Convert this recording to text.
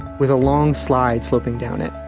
with a long slide slipping down it,